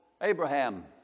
Abraham